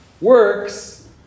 works